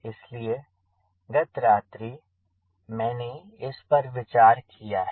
इसलिए गत रात्रि मैंने इस पर विचार किया है